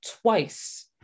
twice